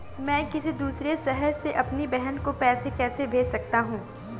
मैं किसी दूसरे शहर से अपनी बहन को पैसे कैसे भेज सकता हूँ?